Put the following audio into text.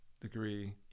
degree